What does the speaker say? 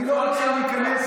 אני לא רוצה להיכנס,